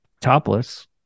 Topless